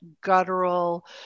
guttural